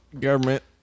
Government